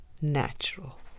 natural